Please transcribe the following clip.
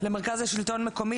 למרכז השלטון המקומי,